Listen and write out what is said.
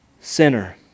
Sinner